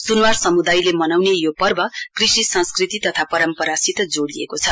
सुनवार समुदायले मनाउने यो पर्व कृषि संस्कृति तथा परम्परासित जोड़िएको छ